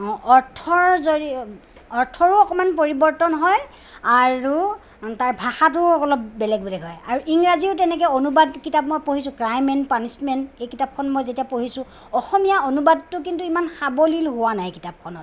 অৰ্থৰ জৰিয়তে অৰ্থৰো অকণমান পৰিবৰ্তন হয় আৰু তাৰ ভাষাটোও অলপ বেলেগ হয় আৰু ইংৰাজীও তেনেকৈ অনুবাদ কিতাপ মই পঢ়িছোঁ ক্ৰাইম এণ্ড পানিচমেণ্ট এই কিতাপখন যেতিয়া পঢ়িছোঁ অসমীয়া অনুবাদটো কিন্তু ইমান সাৱলীল হোৱা নাই কিতাপখনত